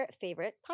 favorite